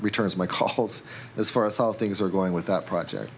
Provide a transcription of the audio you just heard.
returns my calls as far as how things are going with that project